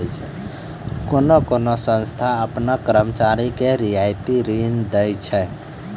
कोन्हो कोन्हो संस्था आपनो कर्मचारी के रियायती ऋण दै छै